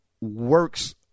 works